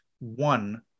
one